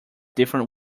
different